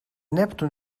neptun